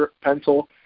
pencil